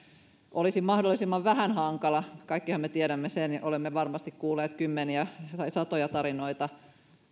olisi mahdollisimman vähän hankala kaikkihan me tiedämme sen ja olemme varmasti kuulleet kymmeniä tai satoja tarinoita